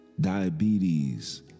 Diabetes